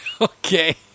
Okay